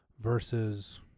versus